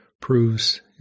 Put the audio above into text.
proves